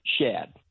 shad